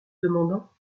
demandant